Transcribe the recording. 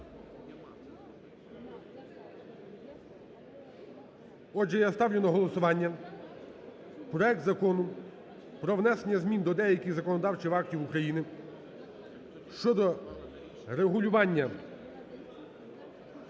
Отже, я ставлю на голосування проект Закону про внесення змін до деяких законодавчих актів України щодо регулювання